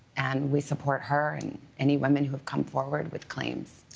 and, we support her and any women who have come forward with claims.